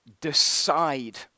Decide